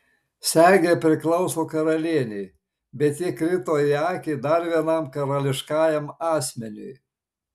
segė priklauso karalienei bet ji krito į akį dar vienam karališkajam asmeniui